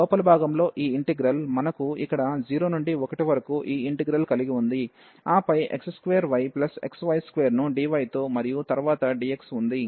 లోపలి భాగంలో ఈ ఇంటిగ్రల్ మనకు ఇక్కడ 0 నుండి 1 వరకు ఈ ఇంటిగ్రల్ కలిగి ఉంది ఆపై x2yxy2 ను dy తో మరియు తరువాత dx ఉంది